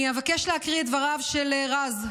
אני אבקש להקריא את דבריו של רז,